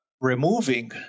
removing